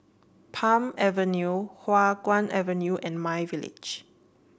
Palm Avenue Hua Guan Avenue and myVillage